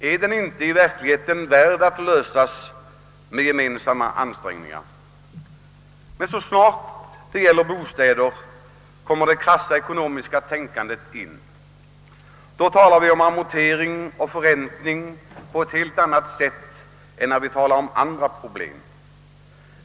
Är den inte värd att lösas med gemensamma ansträngningar? Så snart det gäller bostäder kommer det krassa ekonomiska tänkandet in i bilden. Då talar vi om amortering och förräntning på ett helt annat sätt än när det gäller andra problem.